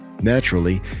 naturally